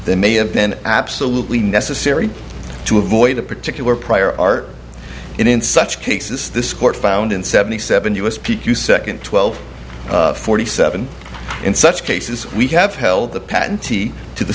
that may have been absolutely necessary to avoid a particular prior art in in such cases this court found in seventy seven us p q second twelve forty seven in such cases we have held the patentee to the